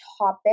topic